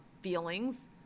feelings